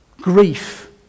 grief